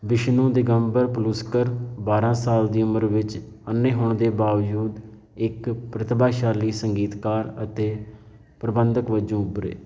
ਵਿਸ਼ਨੂੰ ਦਿਗੰਬਰ ਪਲੂਸਕਰ ਬਾਰ੍ਹਾਂ ਸਾਲ ਦੀ ਉਮਰ ਵਿੱਚ ਅੰਨ੍ਹੇ ਹੋਣ ਦੇ ਬਾਵਜੂਦ ਇੱਕ ਪ੍ਰਤਿਭਾਸ਼ਾਲੀ ਸੰਗੀਤਕਾਰ ਅਤੇ ਪ੍ਰਬੰਧਕ ਵਜੋਂ ਉੱਭਰੇ